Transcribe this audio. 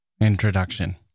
Introduction